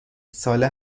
ساله